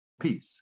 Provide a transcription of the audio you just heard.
Peace